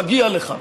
מגיע לך.